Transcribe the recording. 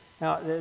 Now